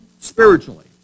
spiritually